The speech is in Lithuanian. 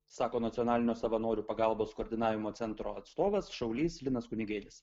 sako nacionalinio savanorių pagalbos koordinavimo centro atstovas šaulys linas kunigėlis